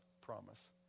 promise